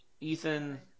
Ethan